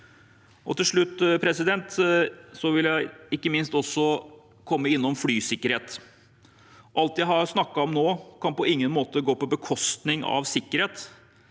Til slutt vil jeg også – og ikke minst – komme innom flysikkerhet. Alt jeg har snakket om nå, kan på ingen måte gå på bekostning av sikkerhet.